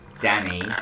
Danny